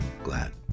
glad